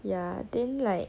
ya then like